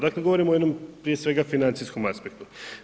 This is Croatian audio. Dakle govorimo o jednom prije svega financijskom aspektu.